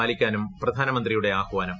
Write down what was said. പാലിക്കാനും പ്രധാന്മന്ത്രീയുടെ ആഹ്വാനം